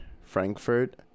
Frankfurt